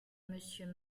monsieur